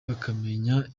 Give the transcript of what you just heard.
bakamenya